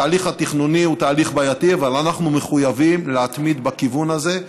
התהליך התכנוני הוא תהליך בעייתי אבל אנחנו מחויבים להתמיד בכיוון הזה.